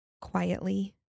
quietly